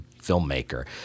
filmmaker